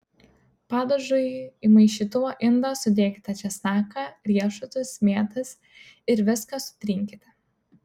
padažui į maišytuvo indą sudėkite česnaką riešutus mėtas ir viską sutrinkite